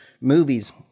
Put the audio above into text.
movies